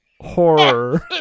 horror